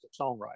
songwriter